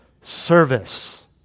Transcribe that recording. service